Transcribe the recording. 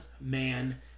man